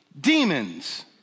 demons